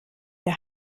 der